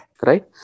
right